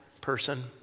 person